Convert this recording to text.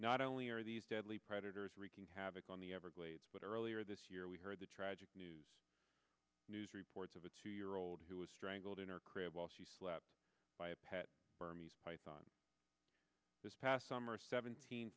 not only are these deadly predators wreaking havoc on the everglades but earlier this year we heard the tragic news news reports of a two year old who was strangled in her crib while she slept by a pet burmese python this past summer a seventeen